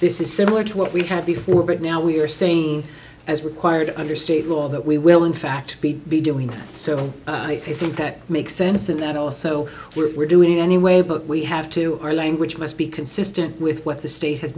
this is similar to what we had before but now we're saying as required under state law that we will in fact be doing so i think that makes sense and that also we're doing anyway but we have to our language must be consistent with what the state has